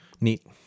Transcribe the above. neat